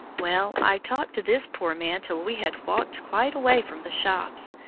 well, i talked to this poor man till we had walked quite away from the shops,